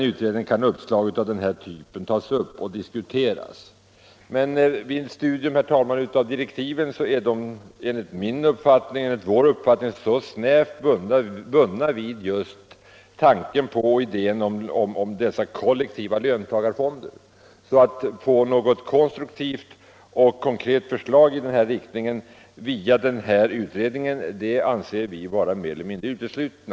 Men, herr talman, direktiven är enligt vår uppfattning så hårt bundna vid tanken på just kollektiva löntagarfonder att vi anser det mer eller mindre uteslutet att få något konstruktivt förslag i den riktning vi önskar via utredningen.